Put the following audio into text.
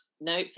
no